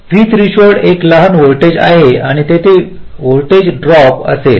V threshold एक लहान voltage आहे आणि तेथे व्होल्टेज ड्रॉप असेल